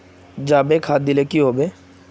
जाबे खाद दिले की होबे?